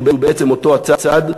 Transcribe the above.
שהוא בעצם אותו הצד,